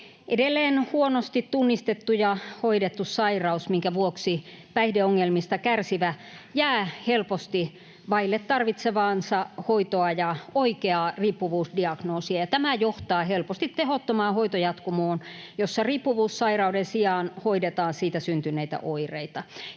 edelleen huonosti tunnistettu ja hoidettu sairaus, minkä vuoksi päihdeongelmista kärsivä jää helposti vaille tarvitsemaansa hoitoa ja oikeaa riippuvuusdiagnoosia. Tämä johtaa helposti tehottomaan hoitojatkumoon, jossa riippuvuussairauden sijaan hoidetaan siitä syntyneitä oireita.